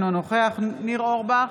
אינו נוכח ניר אורבך,